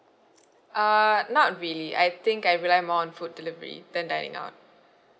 uh not really I think I rely more on food delivery than dining out